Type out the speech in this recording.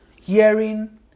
Hearing